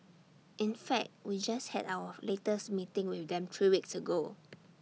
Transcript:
in fact we just had our latest meeting with them three weeks ago